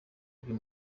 uyu